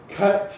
cut